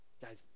guys